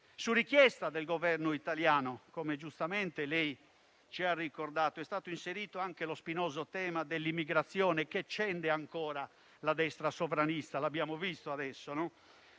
su richiesta del Governo italiano (come giustamente lei ci ha ricordato), è stato inserito anche lo spinoso tema dell'immigrazione, che accende ancora la destra sovranista (l'abbiamo visto adesso);